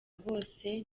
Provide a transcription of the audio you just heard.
bose